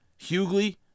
Hughley